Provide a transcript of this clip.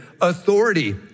authority